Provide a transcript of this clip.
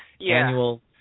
annual